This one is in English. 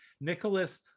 nicholas